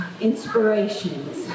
Inspirations